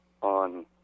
on